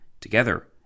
Together